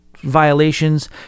Violations